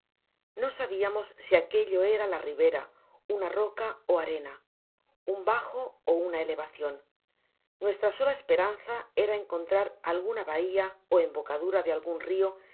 no sabiamos si aquello era la rivera una roca ó arena un bajo ó una elevacion nuestra sola esperanza era encontrar alguna bahia ó embocadura de algun rio